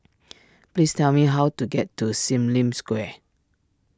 please tell me how to get to Sim Lim Square